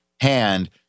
hand